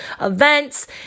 events